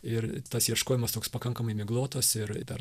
ir tas ieškojimas toks pakankamai miglotas ir dar